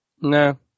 No